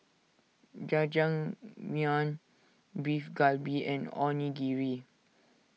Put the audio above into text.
Jajangmyeon Beef Galbi and Onigiri